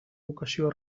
vocació